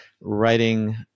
writing